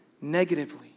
negatively